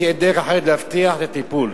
כי אין דרך אחרת להבטיח את הטיפול",